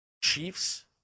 Chiefs